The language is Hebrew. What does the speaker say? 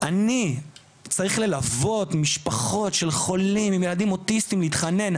אני צריך ללוות משפחות של חולים עם ילדים אוטיסטיים ולהתחנן,